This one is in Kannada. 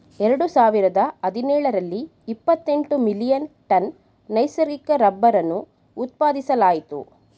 ಎರಡು ಸಾವಿರದ ಹದಿನೇಳರಲ್ಲಿ ಇಪ್ಪತೆಂಟು ಮಿಲಿಯನ್ ಟನ್ ನೈಸರ್ಗಿಕ ರಬ್ಬರನ್ನು ಉತ್ಪಾದಿಸಲಾಯಿತು